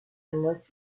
unless